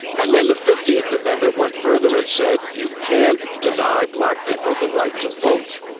and then the fifteenth amendment went further and said you can't deny black people the right to vote.